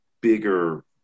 bigger